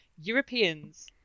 Europeans